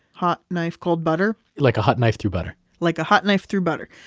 hot knife, cold butter like a hot knife through butter like a hot knife through butter.